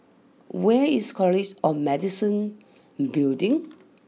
where is College or Medicine Building